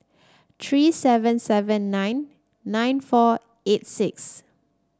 three seven seven nine nine four eight six